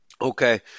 Okay